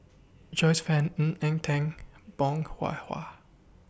Joyce fan Ng Eng Teng Bong Hwa